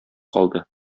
калды